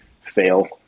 fail